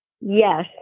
yes